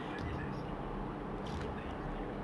got this like C_B you know very tired stay at home